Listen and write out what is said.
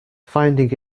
finding